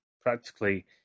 practically